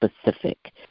specific